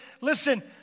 Listen